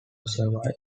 survive